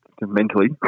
mentally